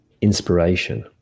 inspiration